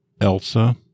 Elsa